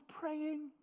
praying